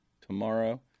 tomorrow